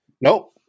nope